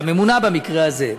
לממונָה במקרה הזה,